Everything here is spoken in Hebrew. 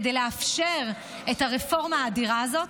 כדי לאפשר את הרפורמה האדירה הזאת.